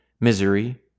misery